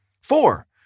Four